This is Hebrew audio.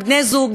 עם בני-זוג,